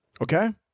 Okay